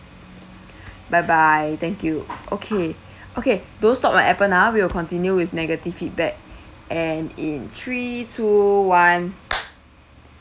bye bye thank you okay okay don't stop on Appen ah we'll continue with negative feedback and in three two one